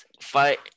fight